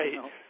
right